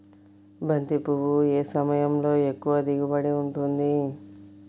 బంతి పువ్వు ఏ సమయంలో ఎక్కువ దిగుబడి ఉంటుంది?